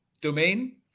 domain